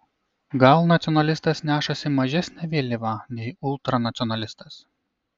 gal nacionalistas nešasi mažesnę vėliavą nei ultranacionalistas